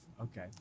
Okay